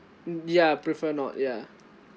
ya prefer not ya